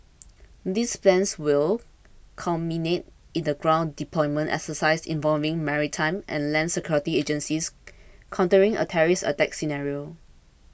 this plan will culminate in a ground deployment exercise involving maritime and land security agencies countering a terrorist attack scenario